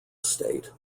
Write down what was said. estate